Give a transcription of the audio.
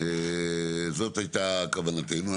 זאת הייתה כוונתנו.